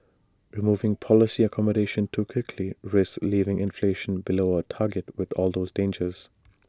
removing policy accommodation too quickly risks leaving inflation below our target with all those dangers